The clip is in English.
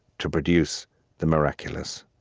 to produce the miraculous.